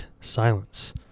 silence